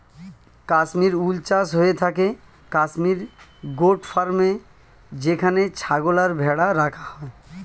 কাশ্মীর উল চাষ হয়ে থাকে কাশ্মীর গোট ফার্মে যেখানে ছাগল আর ভেড়া রাখা হয়